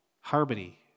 harmony